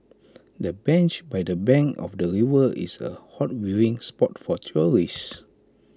the bench by the bank of the river is A hot viewing spot for tourists